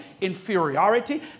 inferiority